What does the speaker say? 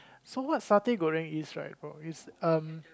so what satay Goreng is right is um